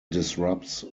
disrupts